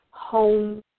Home